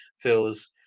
feels